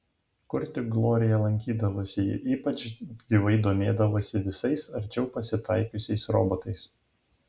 kur tik glorija lankydavosi ji ypač gyvai domėdavosi visais arčiau pasitaikiusiais robotais